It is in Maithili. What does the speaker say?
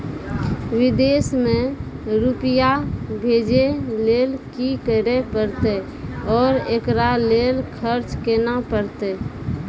विदेश मे रुपिया भेजैय लेल कि करे परतै और एकरा लेल खर्च केना परतै?